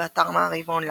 באתר מעריב אונליין,